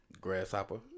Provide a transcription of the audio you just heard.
Grasshopper